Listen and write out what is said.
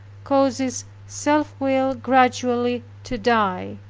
causes self-will gradually to die.